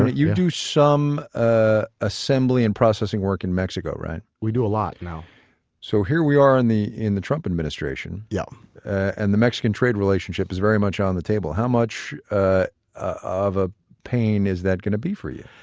you do some ah assembly and processing work in mexico right? we do a lot now so here we are in the in the trump administration yeah and the mexican trade relationship is very much on the table. how much ah of a pain is that going to be for you?